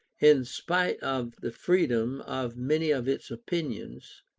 in spite of the freedom of many of its opinions,